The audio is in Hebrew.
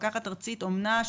מפקחת ארצית אומנה,